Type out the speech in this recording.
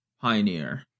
Pioneer